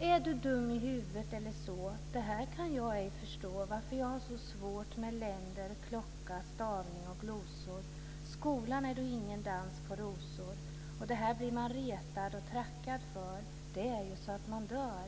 Är du dum i huvudet eller så, det här kan jag ej förstå. Varför jag har så svårt med länder, klocka, stavning och glosor, skolan är då ingen dans på rosor. Och det här blir man retad och trackad för det är ju så att man dör.